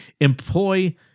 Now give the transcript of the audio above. employ